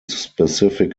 specific